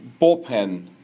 bullpen